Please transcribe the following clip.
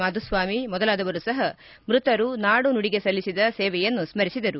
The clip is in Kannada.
ಮಾಧುಸ್ವಾಮಿ ಮೊದಲಾದವರು ಸಹ ಮೃತರು ನಾಡುನುಡಿಗೆ ಸಲ್ಲಿಸಿದ ಸೇವೆಯನ್ನು ಸರಿಸಿದರು